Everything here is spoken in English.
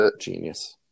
genius